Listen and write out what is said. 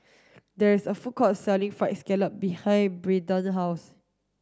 there is a food court selling fried scallop behind Brayden's house